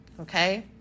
Okay